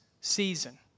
season